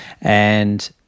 and-